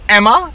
Emma